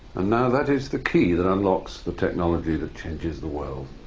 and now that is the key that unlocks the technology that changes the world.